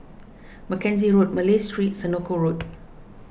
Mackenzie Road Malay Street Senoko Road